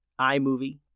iMovie